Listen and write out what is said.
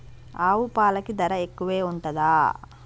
ఆవు పాలకి ధర ఎక్కువే ఉంటదా?